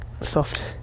soft